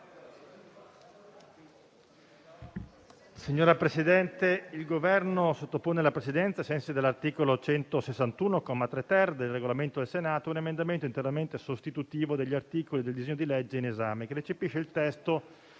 senatori, il Governo sottopone alla Presidenza, ai sensi dell'articolo 161, comma 3-*ter* del Regolamento del Senato, un emendamento interamente sostitutivo degli articoli del disegno di legge in esame che recepisce il testo